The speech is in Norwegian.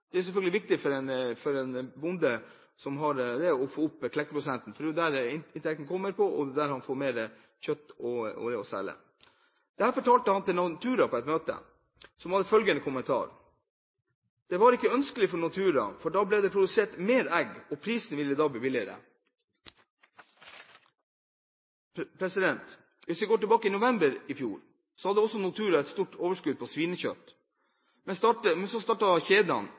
Det er selvfølgelig viktig for en bonde å få opp klekkeprosenten, for det er der inntekten kommer, og det er da han får mer kjøtt å selge. Dette fortalte han til Nortura på et møte, som kommenterte at det ikke var ønskelig for Nortura, for da ble det produsert mer egg, og prisen ville bli lavere. Hvis vi går tilbake til november i fjor, hadde Nortura et stort overskudd på svinekjøtt. Men så startet kjedene